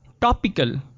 topical